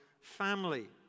family